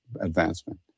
advancement